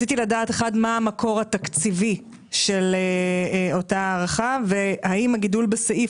מה המקור התקציבי של אותה הארכה והאם הגידול בסעיף